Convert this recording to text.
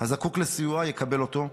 הזקוק לסיוע יקבל אותו,